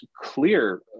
clear